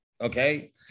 Okay